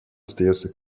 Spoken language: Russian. остается